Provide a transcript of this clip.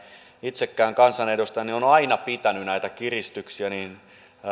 itsekään kansanedustajana olen aina pitänyt näitä kiristyksiä